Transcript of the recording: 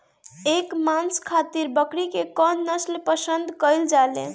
एकर मांस खातिर बकरी के कौन नस्ल पसंद कईल जाले?